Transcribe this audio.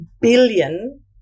billion